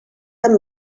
amb